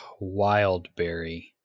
Wildberry